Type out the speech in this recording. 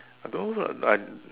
I don't know I